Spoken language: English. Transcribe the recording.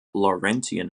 laurentian